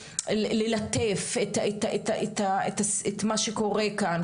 ללטף את מה שקורה כאן.